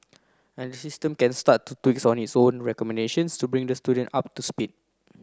and the system can start to tweak its own recommendations to bring the student up to speed